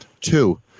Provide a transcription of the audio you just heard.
Two